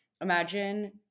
imagine